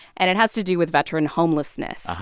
and it has to do with veteran homelessness.